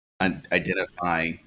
identify